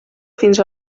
fins